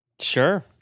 Sure